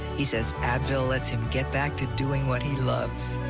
he says advil lets him get back to doing what he loves.